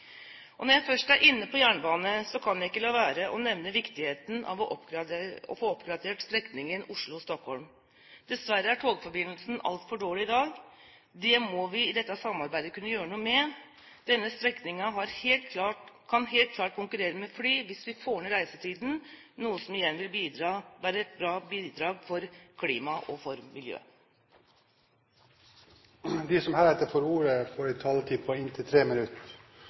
Når jeg først er inne på jernbane, kan jeg ikke la være å nevne viktigheten av å få oppgradert strekningen Oslo–Stockholm. Dessverre er togforbindelsen altfor dårlig i dag. Det må vi i dette samarbeidet kunne gjøre noe med. Denne strekningen kan helt klart konkurrere med fly hvis vi får ned reisetiden, noe som igjen vil være et bra bidrag til klima og miljø. De som heretter får ordet, har en taletid på inntil